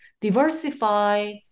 diversify